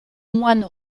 moine